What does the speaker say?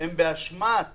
הם באשמת